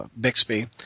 Bixby